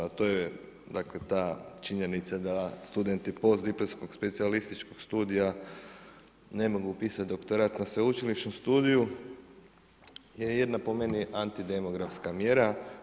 A to je dakle, ta činjenica da studenti postdiplomskog specijalističkog studija ne mogu upisati doktorat na sveučilišnom studiju je jedna po meni antidemografska mjera.